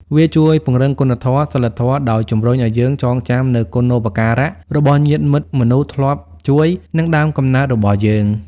វាជួយពង្រឹងគុណធម៌សីលធម៌ដោយជំរុញឱ្យយើងចងចាំនូវគុណូបការៈរបស់ញាតិមិត្ត មនុស្សធ្លាប់ជួយ និងដើមកំណើតរបស់យើង។